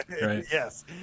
Yes